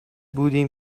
بودیم